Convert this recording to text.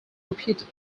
repeated